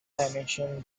dimension